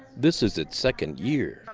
this is its second year.